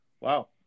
Wow